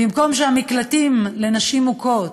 במקום שהמקלטים לנשים מוכות,